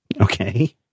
Okay